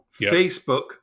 Facebook